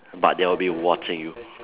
but they'll be watching you